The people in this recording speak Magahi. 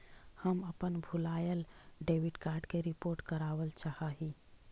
हम अपन भूलायल डेबिट कार्ड के रिपोर्ट करावल चाह ही